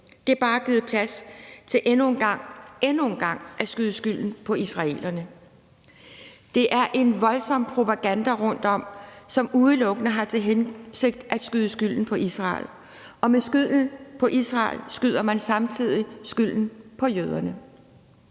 Der er bare givet plads til endnu en gang – endnu en gang – at skyde skylden på israelerne. Der er en voldsom propaganda rundtom, som udelukkende har til hensigt at skyde skylden på Israel. Og ved at skyde skylden på Israel skyder man samtidig skylden på jøderne.